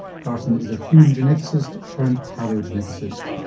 carsten is a human geneticist turned paleo-geneticist.